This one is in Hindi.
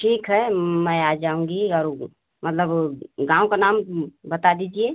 ठीक है मैं आ जाऊँगी और मतलब गाँव का नाम बता दीजिए